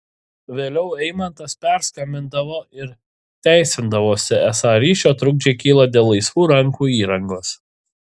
vėliau eimantas perskambindavo ir teisindavosi esą ryšio trukdžiai kyla dėl laisvų rankų įrangos